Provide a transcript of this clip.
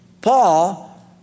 Paul